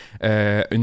une